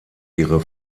ihre